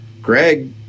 Greg